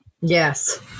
Yes